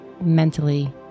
mentally